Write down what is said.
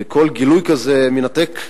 וכל גילוי כזה מנתק,